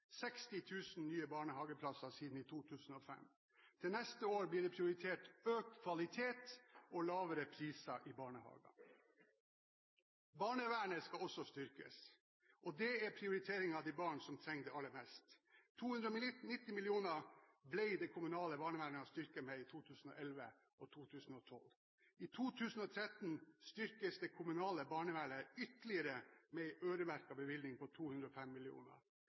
nye barnehageplasser siden i 2005. Til neste år blir det prioritert økt kvalitet og lavere priser i barnehagene. Barnevernet skal også styrkes, og det er prioritering av de barna som trenger det aller mest. 290 mill. kr ble det kommunale barnevernet styrket med i 2011 og 2012. I 2013 styrkes det kommunale barnevernet ytterligere med en øremerket bevilgning på 205